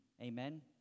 amen